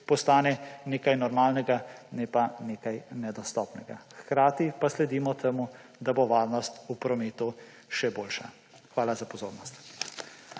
postane nekaj normalnega, ne pa nekaj nedostopnega. Hkrati pa sledimo temu, da bo varnost v prometu še boljša. Hvala za pozornost.